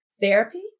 therapy